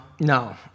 No